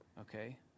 Okay